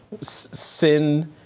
sin